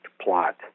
plot